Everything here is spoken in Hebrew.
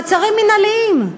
מעצרים מינהליים.